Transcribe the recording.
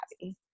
happy